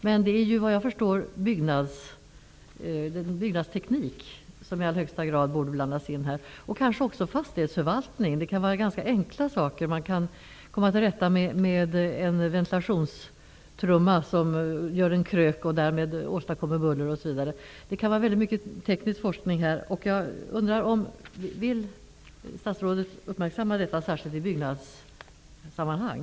Såvitt jag förstår borde i högsta grad byggnadsteknik och kanske också fastighetsförvaltning blandas in här. Det kan vara fråga om ganska enkla åtgärder -- man kan komma till rätta med en krökt ventilationstrumma som åstadkommer buller osv. Det kan vara fråga om väldigt mycket teknisk forskning. Vill statsrådet särskilt uppmärksamma detta i byggnadssammanhang?